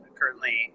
currently